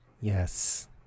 yes